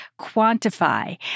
quantify